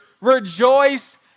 rejoice